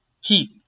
Heat